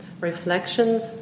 reflections